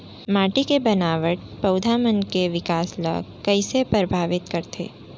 माटी के बनावट पौधा मन के बिकास ला कईसे परभावित करथे